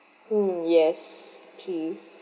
mm yes please